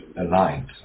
aligned